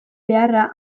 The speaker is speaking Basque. beharra